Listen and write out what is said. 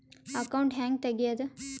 Account ಹ್ಯಾಂಗ ತೆಗ್ಯಾದು?